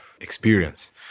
experience